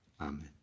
Amen